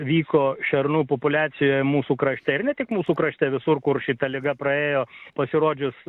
vyko šernų populiacijoj mūsų krašte ir ne tik mūsų krašte visur kur šita liga praėjo pasirodžius